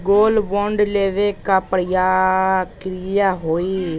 Gold bond लेवे के का प्रक्रिया हई?